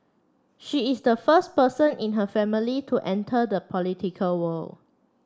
she is the first person in her family to enter the political world